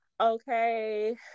okay